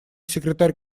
секретарь